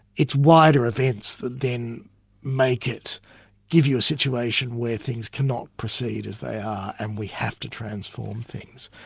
it's wider events that then make it give you a situation where things cannot proceed as they and we have to transform things,